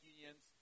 Unions